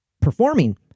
performing